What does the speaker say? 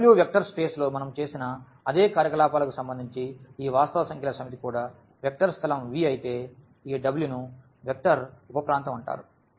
ఈ W vector space లో మనం చేసిన అదే కార్యకలాపాలకు సంబంధించి ఈ వాస్తవ సంఖ్యల సమితి కూడా వెక్టర్ స్థలం V అయితే ఈ W ను వెక్టర్ ఉప ప్రాంతం అంటారు